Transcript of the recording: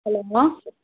hello மா